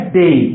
day